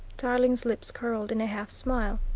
tarling's lips curled in a half smile.